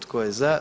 Tko je za?